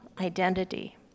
identity